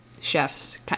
chef's